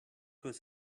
was